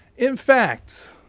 in fact,